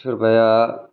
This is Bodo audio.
सोरबाया